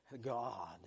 God